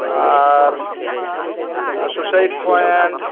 ᱟᱨ ᱥᱳᱥᱟᱭᱤᱴ ᱯᱚᱭᱮᱴ